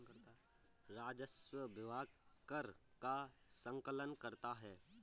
राजस्व विभाग कर का संकलन करता है